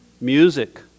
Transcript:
Music